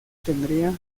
tendría